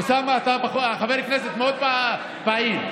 אוסאמה, אתה חבר כנסת מאוד פעיל.